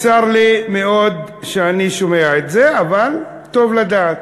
צר לי מאוד שאני שומע את זה, אבל טוב לדעת.